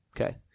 Okay